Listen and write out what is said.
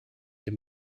denn